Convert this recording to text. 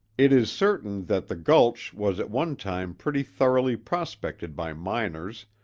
it is certain that the gulch was at one time pretty thoroughly prospected by miners,